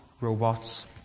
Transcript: robots